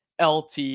LT